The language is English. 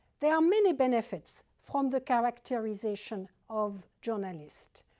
there are many benefits from the characterization of journalist.